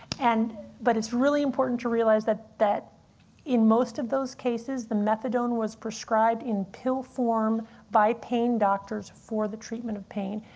and but it's really important to realize that that in most of those cases, the methadone was prescribed in pill form by pain doctors for the treatment of pain,